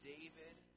David